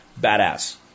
Badass